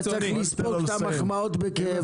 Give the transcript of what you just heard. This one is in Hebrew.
אתה צריך לספוג את המחמאות בכאב.